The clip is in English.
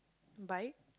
bike